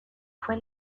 fue